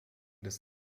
des